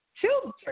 children